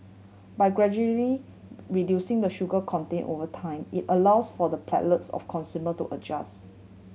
by gradually reducing the sugar content over time it allows for the palates of consumer to adjust